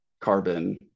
carbon